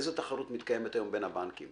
איזו מתקיימת היום בין הבנקים?